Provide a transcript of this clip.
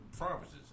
promises